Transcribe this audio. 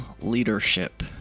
leadership